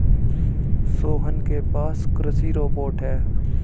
सोहन के पास कृषि रोबोट है